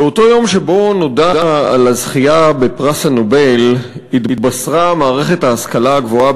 באותו יום שבו נודע על הזכייה בפרס נובל התבשרה מערכת ההשכלה הגבוהה